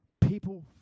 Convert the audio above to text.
people